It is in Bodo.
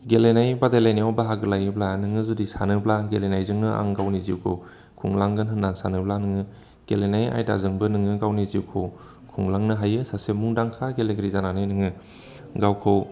गेलेनाय बादायलायनायाव बाहागो लायोब्ला नोङो जुदि सानोब्ला गेलेनायजोंनो आं गावनि जिउखौ खुंलांगोन होन्ना सानोब्ला नोङो गेलेनाय आयदाजोंबो नोङो गावनि जिउखौ खुंलांनो हायो सासे मुंदांखा गेलेगिरि जानानै नोङो गावखौ